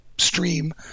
stream